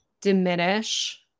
diminish